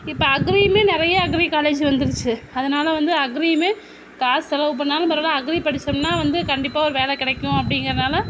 இப்போ அக்ரியுமே நிறைய அக்ரி காலேஜ் வந்துருச்சு அதனால வந்து அக்ரியுமே காசு செலவு பண்ணிணாலும் பரவாயில்ல அக்ரி படித்தோம்னா வந்து கண்டிப்பாக ஒரு வேலை கிடைக்கும் அப்படிங்கிறனால